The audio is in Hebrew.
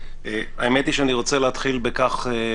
האמת היא שאני רוצה להביע אכזבה.